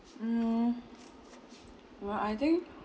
mm well I think